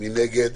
מי נגד?